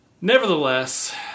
Nevertheless